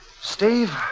Steve